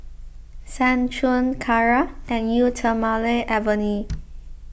Seng Choon Kara and Eau thermale Avene